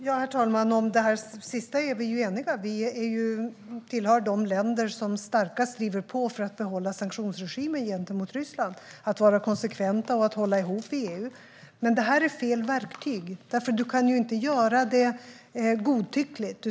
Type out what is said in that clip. Herr talman! Om detta sista är vi eniga. Vi tillhör de länder som starkast driver på för att behålla sanktionsregimen gentemot Ryssland, att vara konsekventa och att hålla ihop EU. Men detta är fel verktyg. Man kan ju inte göra detta godtyckligt.